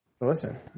Listen